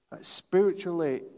spiritually